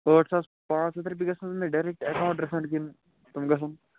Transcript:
ٲٹھ ساس پانٛژ ہَتھ رۄپیہِ گَژھَن حظ مےٚ ڈاریٚکٹہٕ ایٚکاوُنٛٹ رِفنٛڈ کِنہٕ تِم گژھَن